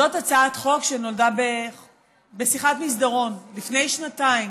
זו הצעת חוק שנולדה בשיחת מסדרון לפני שנתיים.